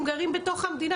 הם גרים בתוך המדינה,